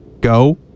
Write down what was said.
go